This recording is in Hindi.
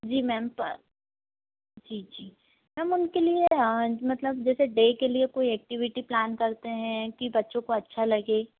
जी मैम जी जी मैम उनके लिए मतलब जैसे डे के लिए कोई एक्टिविटी प्लान करते हैं कि बच्चों को अच्छा लगे